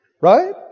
right